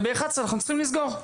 וב-11:00 אנחנו צריכים לסגור.